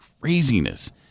Craziness